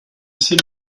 ces